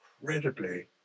incredibly